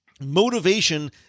motivation